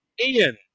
Ian